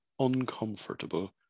uncomfortable